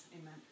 amen